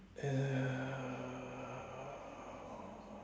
uh